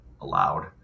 allowed